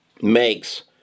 makes